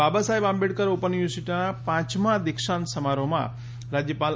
બાબા Saheb Ambedkar open યુનિવર્સિટીના પાંચમાં દિક્ષાંત સમારોહમાં રાજ્યપાલ